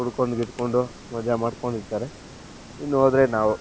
ಕುಡ್ಕೊಂಡು ಗಿಡ್ಕೊಂಡು ಮಾಜಾ ಮಾಡ್ಕೊಂಡಿರ್ತಾರೆ ಇನ್ನು ಹೋದರೆ ನಾವು